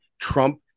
Trump